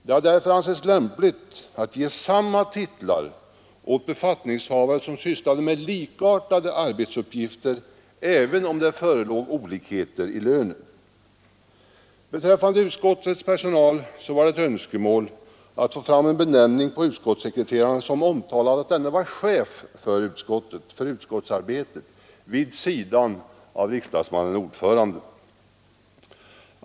Det har därför ansetts lämpligt att ge samma titlar åt befattningshavare som ar med likartade arbetsuppgifter, även om det föreligger olikheter i lönesättningen. Beträffande utskottens personal var det ett önskemål att få fram en benämning på en utskottssekreterare, som omtalar att denne är chef för utskottsarbetet vid sidan av riksdagsmannen-ordföranden.